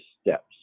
steps